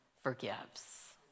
forgives